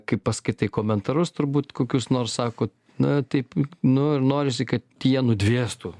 kai paskaitai komentarus turbūt kokius nors sako na taip nu ir norisi kad jie nudvėstų